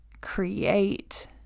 create